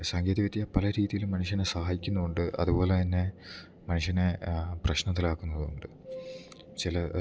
സാങ്കേതികവിദ്യ പല രീതിയിലും മനുഷ്യനെ സഹായിക്കുന്നു ഉണ്ട് അതുപോലെ തന്നെ മനുഷ്യനെ പ്രശ്നത്തിലാക്കുന്നതും ഉണ്ട് ചില